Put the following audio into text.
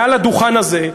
מעל הדוכן הזה,